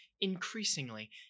Increasingly